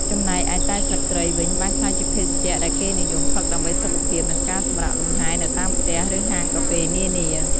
ចំណែកឯតែស្លឹកគ្រៃ វិញបានក្លាយជាភេសជ្ជៈដែលគេនិយមផឹកដើម្បីសុខភាព និងការសម្រាកលំហែ នៅតាមផ្ទះ ឬហាងកាហ្វេនានា។